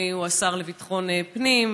ואדוני הוא השר לביטחון פנים.